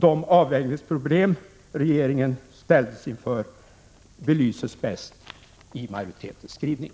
De avvägningsproblem som regeringen ställts inför belyses bäst i majoritetens skrivning.